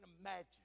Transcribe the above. imagine